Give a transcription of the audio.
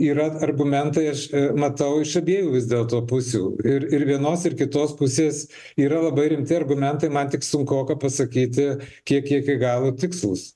yra argumentai aš matau iš abiejų vis dėlto pusių ir ir vienos ir kitos pusės yra labai rimti argumentai man tik sunkoka pasakyti kiek jie iki galo tikslūs